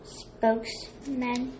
spokesman